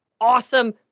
awesome